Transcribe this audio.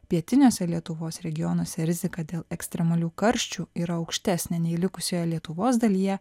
pietiniuose lietuvos regionuose rizika dėl ekstremalių karščių yra aukštesnė nei likusioje lietuvos dalyje